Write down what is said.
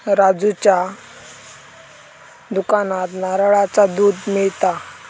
राजूच्या दुकानात नारळाचा दुध मिळता